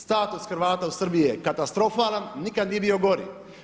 Status Hrvata u Srbiji je katastrofalan, nikada nije bio gori.